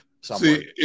See